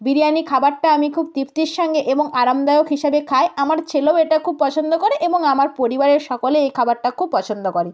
বিরিয়ানি খাবারটা আমি খুব তৃপ্তির সঙ্গে এবং আরামদায়ক হিসাবে খাই আমার ছেলেও এটা খুব পছন্দ করে এবং আমার পরিবারের সকলে এই খাবারটা খুব পছন্দ করে